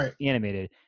animated